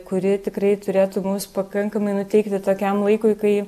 kuri tikrai turėtų mus pakankamai nuteikti tokiam laikui kai